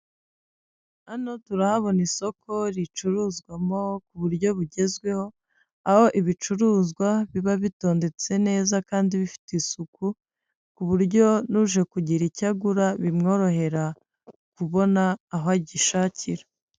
Hano turahabona isoko ricuruzwamo ku buryo bugezweho, aho ibicuruzwa biba bitondetse neza kandi bifite isuku, ku buryo n'uje kugira icyo agura bimworohera kubona aho agishakira.